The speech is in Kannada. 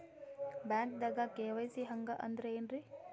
ಬ್ಯಾಂಕ್ದಾಗ ಕೆ.ವೈ.ಸಿ ಹಂಗ್ ಅಂದ್ರೆ ಏನ್ರೀ?